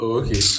okay